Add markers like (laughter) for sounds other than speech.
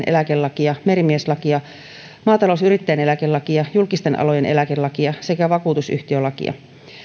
(unintelligible) eläkelakia merimieseläkelakia maatalousyrittäjän eläkelakia julkisten alojen eläkelakia sekä vakuutusyhtiölakia